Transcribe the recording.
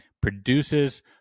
produces